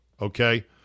Okay